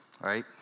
Right